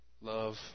love